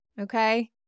okay